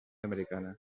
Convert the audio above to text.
americana